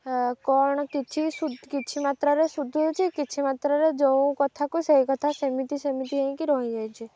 କ'ଣ କିଛି କିଛି ମାତ୍ରାରେ ସୁଧଉଛି କିଛି ମାତ୍ରାରେ ଯେଉଁ କଥାକୁ ସେଇ କଥା ସେମିତି ସେମିତି ହେଇକି ରହିଯାଇଛି